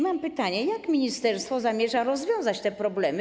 Mam pytanie: Jak ministerstwo zamierza rozwiązać te problemy?